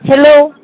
hello